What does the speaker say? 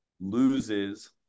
loses